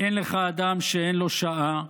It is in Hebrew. אין לך אדם שאין לו שעה,